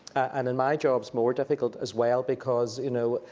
and then my job's more difficult as well, because you know,